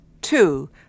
two